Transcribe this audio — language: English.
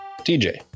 TJ